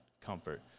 comfort